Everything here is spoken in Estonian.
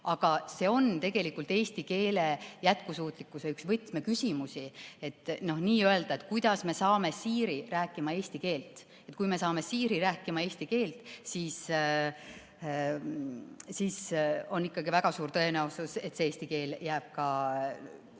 Aga see on tegelikult üks eesti keele jätkusuutlikkuse võtmeküsimusi – nii-öelda, kuidas me saame Siri rääkima eesti keelt. Kui me saame Siri rääkima eesti keelt, siis on väga suur tõenäosus, et eesti keel jääb ka